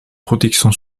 protection